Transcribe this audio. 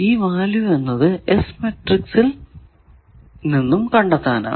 ഈ വാല്യൂ എന്നത് S matrix ൽ നിന്നും കണ്ടെത്താനാകും